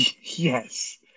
Yes